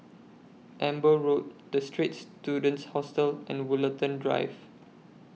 Amber Road The Straits Students Hostel and Woollerton Drive